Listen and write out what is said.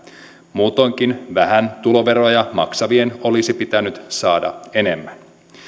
muutoinkin vähän tuloveroja maksavien olisi pitänyt saada enemmän